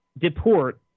deport